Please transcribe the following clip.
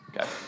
Okay